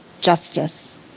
justice